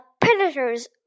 predators